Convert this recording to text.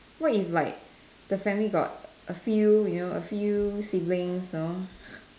what if like the family got a few you know a few siblings know